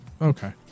Okay